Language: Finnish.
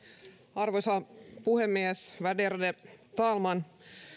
arvoisa puhemies värderade talman